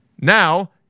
Now